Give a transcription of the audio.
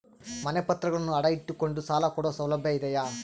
ಮನೆ ಪತ್ರಗಳನ್ನು ಅಡ ಇಟ್ಟು ಕೊಂಡು ಸಾಲ ಕೊಡೋ ಸೌಲಭ್ಯ ಇದಿಯಾ?